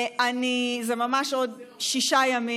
זה ממש עוד שישה ימים,